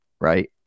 right